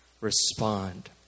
respond